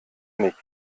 nicht